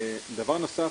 דבר נוסף,